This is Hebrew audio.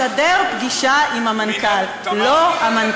כדי לסדר פגישה עם המנכ"ל, לא המנכ"ל.